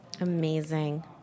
Amazing